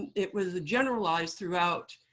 it was generalized throughout